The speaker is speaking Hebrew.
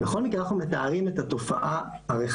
בכל מקרה אנחנו מתארים את התופעה הרחבה,